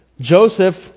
Joseph